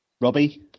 Robbie